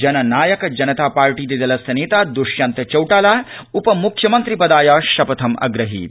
जननायक जनता पार्टीति दलस्य नेता दष्यन्त चौटाला उपमुख्यमन्त्रि पदाय शपथमग्रहीत